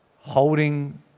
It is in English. holding